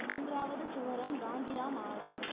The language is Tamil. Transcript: மூன்றாவது சுவரம் காந்திராம் ஆகும்